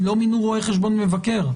הם לא מינו רואה חשבון מבקר.